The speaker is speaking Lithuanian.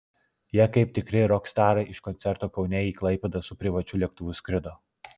jie kaip tikri rokstarai iš koncerto kaune į klaipėdą su privačiu lėktuvu skrido